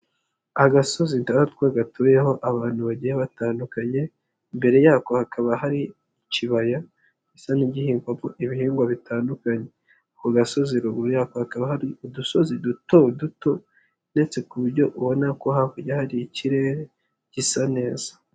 Agasozi ndatwa gatuyeho abantu bagiye batandukanye imbere yako hakaba hari ikibaya gisa n'igihingwamo ibihingwa bitandukanye, ku gasozi ruguru yako hakaba hari udusozi duto duto ndetse ku buryo ubona ko hakurya hari ikirere gisa neza.